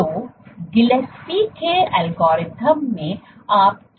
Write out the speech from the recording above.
तो गिलेस्पी के एल्गोरिथ्म में आप क्या करते हैं